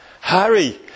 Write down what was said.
Harry